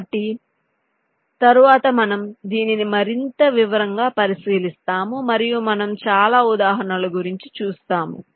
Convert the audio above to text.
కాబట్టి తరువాత మనం దీనిని మరింత వివరంగా పరిశీలిస్తాము మరియు మనము చాలా ఉదాహరణల గురించి చూస్తాము